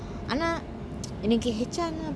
ஆனா என்னக்கு:aana ennaku H_R